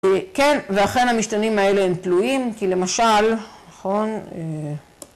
‫כן, ואכן המשתנים האלה ‫הם תלויים, כי למשל...נכון...